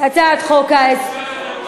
בוז לחוק הזה.